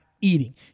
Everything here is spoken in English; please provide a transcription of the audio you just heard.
eating